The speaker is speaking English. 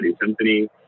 Symphony